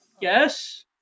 yes